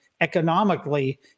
economically